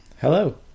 Hello